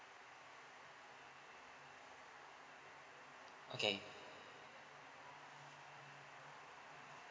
okay